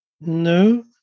No